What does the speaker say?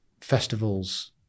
festivals